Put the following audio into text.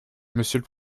monsieur